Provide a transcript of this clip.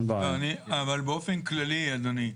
אבל באופן כללי, אדוני.